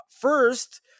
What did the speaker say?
First